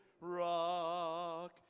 rock